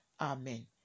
Amen